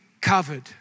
covered